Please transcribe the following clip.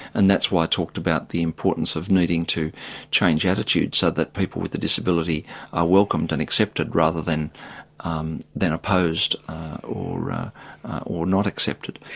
and that's why i talked about the importance of needing to change attitudes so that people with a disability are welcomed and accepted rather than um than opposed or ah or not accepted.